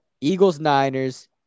Eagles-Niners